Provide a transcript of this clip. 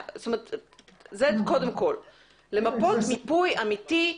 קודם כל למפות מיפוי אמיתי,